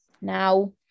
now